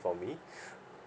for me